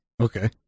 Okay